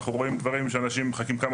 אנחנו רואים דברים שאנשים מחכים כמה